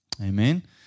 Amen